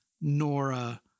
Nora